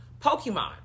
Pokemon